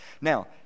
Now